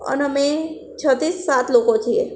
અને અમે છથી સાત લોકો છીએ